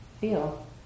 feel